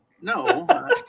No